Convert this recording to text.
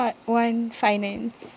part one finance